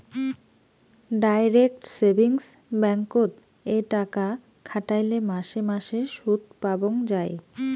direct savings ব্যাঙ্ককোত এ টাকা খাটাইলে মাসে মাসে সুদপাবঙ্গ যাই